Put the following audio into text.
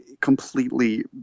completely